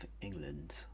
England